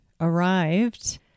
arrived